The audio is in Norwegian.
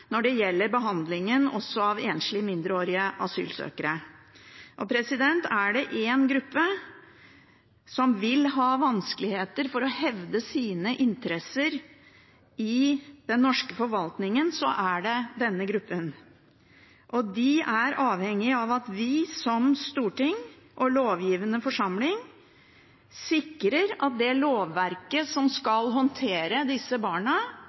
når det gjelder behandlingen av enslige mindreårige asylsøkere. Er det én gruppe som vil ha vanskeligheter med å hevde sine interesser i den norske forvaltningen, er det denne gruppa. De er avhengig av at vi som storting og lovgivende forsamling sikrer at det lovverket som skal håndtere disse barna,